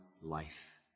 life